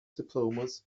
diplomas